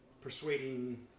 persuading